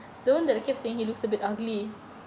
the one that I kept saying he looks a bit ugly